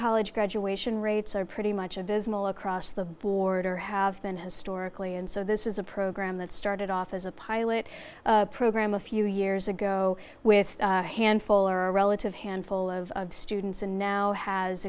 college graduation rates are pretty much abysmal across the board or have been historically and so this is a program that started off as a pilot program a few years ago with a handful or a relative handful of students and now has